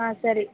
ಹಾಂ ಸರಿ